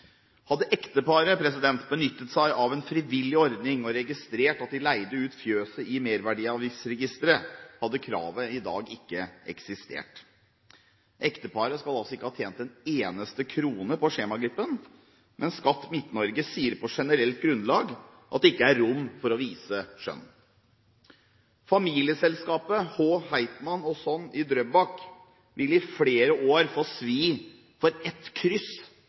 Hadde ekteparet benyttet seg av en frivillig ordning og registrert i merverdiavgiftsregisteret at de leide ut fjøset, hadde kravet i dag ikke eksistert. Ekteparet skal altså ikke ha tjent en eneste krone på skjemaglippen, men Skatt Midt-Norge sier på generelt grunnlag at det ikke er rom for å vise skjønn. Familieselskapet H. Heitmann & Son i Drøbak vil i flere år få svi for et kryss